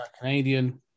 Canadian